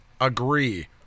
Agree